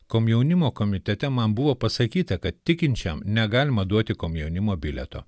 komjaunimo komitete man buvo pasakyta kad tikinčiam negalima duoti komjaunimo bilieto